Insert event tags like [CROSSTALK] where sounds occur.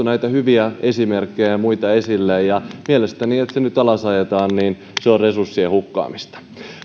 [UNINTELLIGIBLE] näitä hyviä esimerkkejä ja muita esille ja mielestäni se että se nyt alas ajetaan on resurssien hukkaamista